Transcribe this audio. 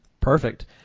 Perfect